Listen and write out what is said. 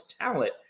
talent